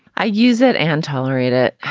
i use it and tolerate it.